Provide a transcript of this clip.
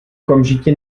okamžitě